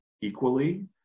equally